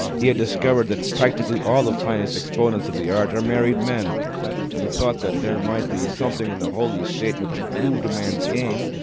he had discovered that practically all the finest exponents of the art are married men and the thought that there might be something in the holy state which improved a man's game,